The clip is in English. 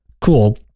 cool